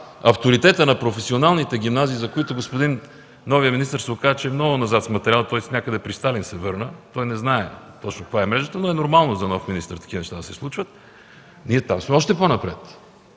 авторитета на професионалните гимназии, за които господин новият министър ще се окаже, че е много назад с материала, тоест някъде при Сталин се върна, той не знае точно каква е мрежата, но е нормално за нов министър такива неща да се случват. Ние там сме още по-напред.